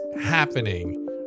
happening